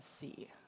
see